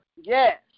Yes